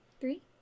three